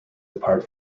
apart